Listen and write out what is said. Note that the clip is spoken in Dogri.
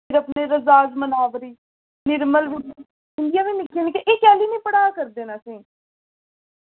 रज्जाक मनावरी निर्मल उं'दियां बी निक्कियां निक्कयां एह् कैह्ल्ली निं पढ़ाऽ करदे न असें